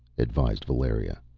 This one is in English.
advised valeria.